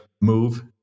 move